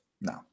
No